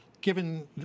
given